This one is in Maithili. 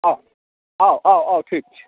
आउ आउ आउ आउ ठीक छै